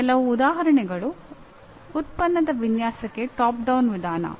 ಕೆಲವು ಉದಾಹರಣೆಗಳು ಉತ್ಪನ್ನದ ವಿನ್ಯಾಸಕ್ಕೆ ಟಾಪ್ ಡೌನ್ ವಿಧಾನ